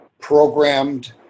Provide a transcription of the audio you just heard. programmed